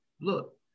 look